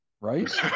right